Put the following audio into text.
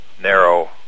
narrow